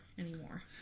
anymore